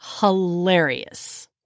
hilarious